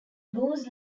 goose